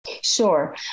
Sure